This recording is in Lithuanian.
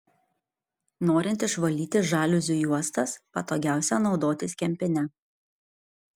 norint išvalyti žaliuzių juostas patogiausia naudotis kempine